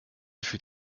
fühlt